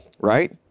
Right